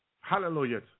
Hallelujah